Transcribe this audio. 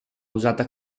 usata